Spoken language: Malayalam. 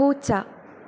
പൂച്ച